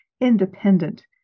independent